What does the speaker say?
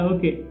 Okay